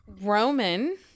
Roman